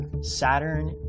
Saturn